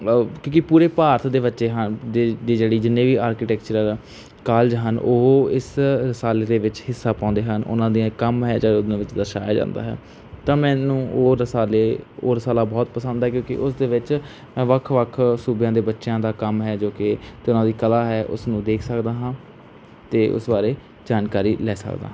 ਕਿਉਂਕਿ ਪੂਰੇ ਭਾਰਤ ਦੇ ਬੱਚੇ ਹਨ ਦੇ ਦੀ ਜਿਹੜੀ ਜਿੰਨੇ ਵੀ ਆਰਕੀਟੈਕਚਰ ਜਾ ਕਾਲਜ ਹਨ ਉਹ ਇਸ ਰਸਾਲੇ ਦੇ ਵਿੱਚ ਹਿੱਸਾ ਪਾਉਂਦੇ ਹਨ ਉਹਨਾਂ ਦੀਆਂ ਕੰਮ ਹੈ ਚਾਹੇ ਉਹਨਾਂ ਵਿੱਚ ਦਰਸ਼ਾਇਆ ਜਾਂਦਾ ਹੈ ਤਾਂ ਮੈਨੂੰ ਉਹ ਰਸਾਲੇ ਉਹ ਰਸਾਲਾ ਬਹੁਤ ਪਸੰਦ ਹੈ ਕਿਉਂਕਿ ਉਸ ਦੇ ਵਿੱਚ ਵੱਖ ਵੱਖ ਸੂਬਿਆਂ ਦੇ ਬੱਚਿਆਂ ਦਾ ਕੰਮ ਹੈ ਜੋ ਕਿ ਤੇ ਉਹਨਾਂ ਦੀ ਕਲਾ ਹੈ ਉਸ ਨੂੰ ਦੇਖ ਸਕਦਾ ਹਾਂ ਤੇ ਉਸ ਬਾਰੇ ਜਾਣਕਾਰੀ ਲੈ ਸਕਦਾ ਹਾਂ